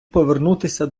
повернутися